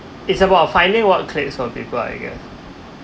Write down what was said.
it's about finding work creates on people I guess